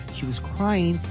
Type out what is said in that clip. she was crying,